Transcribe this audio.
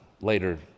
later